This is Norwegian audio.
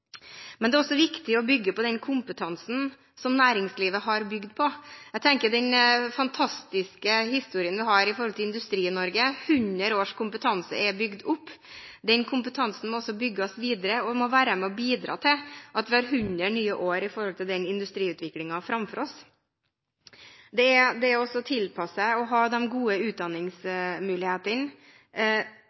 Men det er også viktig å bygge på den kompetansen som næringslivet har bygd på. Jeg tenker på den fantastiske historien vi har med Industri-Norge – hundre års kompetanse er bygd opp. Den kompetansen må bygges videre og må være med og bidra til at vi får hundre nye år med tanke på den industriutviklingen vi har foran oss. Det å tilpasse og ha de gode utdanningsmulighetene